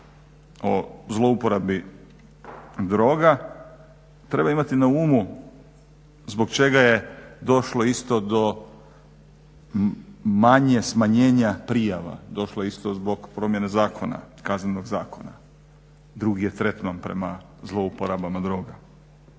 o zlouporabi droga treba imati na umu zbog čega je došlo isto do manje smanjena prijava, došlo je isto zbog promjene zakona, Kaznenog zakona. Drugi je tretman prema zlouporabama droga.